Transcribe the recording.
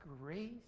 grace